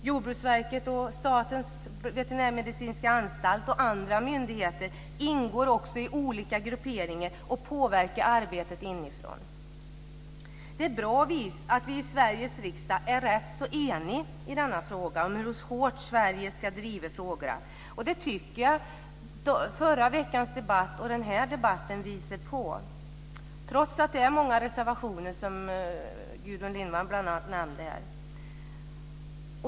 Jordbruksverket, Statens veterinärmedicinska anstalt och andra myndigheter ingår också i olika grupperingar och påverkar arbetet inifrån. Det är bra att vi i Sveriges riksdag är ganska eniga om hur hårt Sverige ska driva frågorna. Jag tycker att förra veckans debatt och den här debatt visar detta, trots att det finns många reservationer, som bl.a. Gudrun Lindvall nämnde.